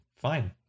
fine